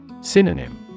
Synonym